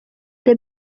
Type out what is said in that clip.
the